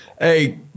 Hey